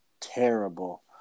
terrible